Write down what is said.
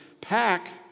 pack